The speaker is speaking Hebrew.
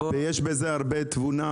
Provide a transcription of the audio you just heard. ויש בזה הרבה תבונה,